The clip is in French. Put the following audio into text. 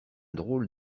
drôle